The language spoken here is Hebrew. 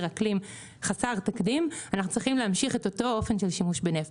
אקלים חסר תקדים אנחנו צריכים להמשיך את אותו אופן של שימוש בנפט,